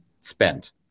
spent